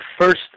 first